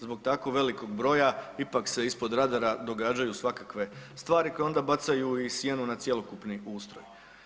Zbog tako velikog broja ipak se ispod radara događaju svakakve stvari koje onda bacaju i sjenu na cjelokupni ustroj.